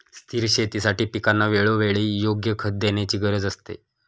स्थिर शेतीसाठी पिकांना वेळोवेळी योग्य खते देण्याची गरज असते